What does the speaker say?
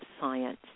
science